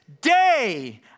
day